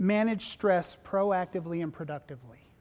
manage stress proactively and productively